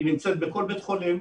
היא נמצאת בכל בית חולים,